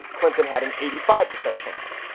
clinton had an eighty five percent chance.